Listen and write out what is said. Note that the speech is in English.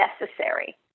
necessary